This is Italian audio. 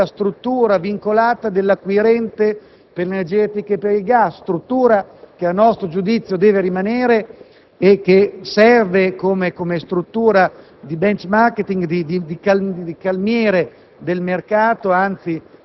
in primo luogo rimane la struttura vincolata dell'acquirente per l'energia elettrica e per il gas: tale struttura a nostro giudizio deve rimanere, perché serve come struttura di *benchmarking*, come calmiere